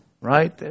right